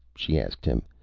she asked him.